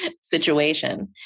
situation